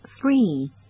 Three